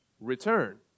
return